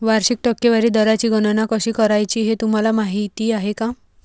वार्षिक टक्केवारी दराची गणना कशी करायची हे तुम्हाला माहिती आहे का?